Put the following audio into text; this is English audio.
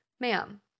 ma'am